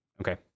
Okay